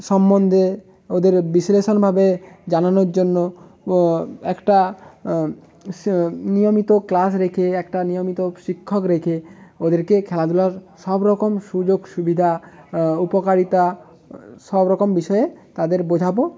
সম্বন্ধে ওদের বিশ্লেষণভাবে জানানোর জন্য একটা নিয়মিত ক্লাস রেখে একটা নিয়মিত শিক্ষক রেখে ওদেরকে খেলাধুলার সবরকম সুযোগ সুবিধা উপকারিতা সবরকম বিষয়ে তাদের বোঝাবো